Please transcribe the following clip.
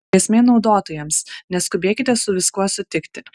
grėsmė naudotojams neskubėkite su viskuo sutikti